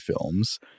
films